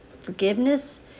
forgiveness